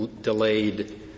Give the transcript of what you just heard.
delayed